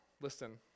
listen